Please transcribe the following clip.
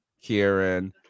Kieran